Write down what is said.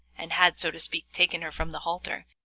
and had, so to speak, taken her from the halter,